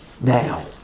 Now